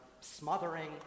smothering